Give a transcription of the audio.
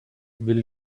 will